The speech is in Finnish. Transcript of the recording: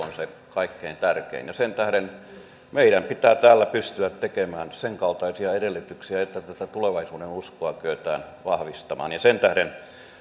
on se kaikkein tärkein ja sen tähden meidän pitää täällä pystyä tekemään senkaltaisia edellytyksiä että tätä tulevaisuudenuskoa kyetään vahvistamaan sen tähden